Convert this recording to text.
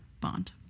bond